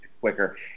quicker